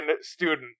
student